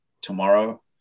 tomorrow